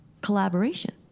collaboration